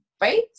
right